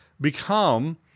become